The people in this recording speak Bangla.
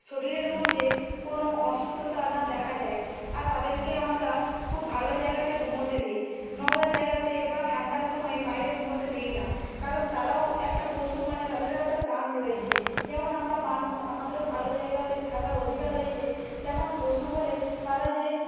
শরীরের মধ্যে কোনো অসুস্থতা না দেখা যায় আর তাদেরকে আমরা খুব ভালো জায়গাতে ঘুমোতে দিই নোংরা জায়গাতে বা ঠান্ডার সময় বাইরে ঘুমোতে দিই না কারণ তারাও একটা পশু মানে তাদেরও একটা প্রাণ রয়েছে যেমন আমরা মানুষ আমাদেরও ভালো জায়গাতে থাকার অধিকার রয়েছে তেমন পশু বলে তারা যে